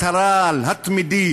חברת הכנסת המכובדת,